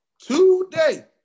Today